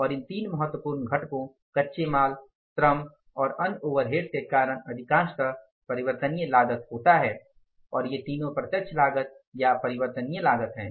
और इन तीन महत्वपूर्ण घटकों कच्चे माल श्रम और अन्य ओवरहेड्स के कारण अधिकांशतः परिवर्तनीय लागत होता है और ये तीनों प्रत्यक्ष लागत या परिवर्तनीय लागत हैं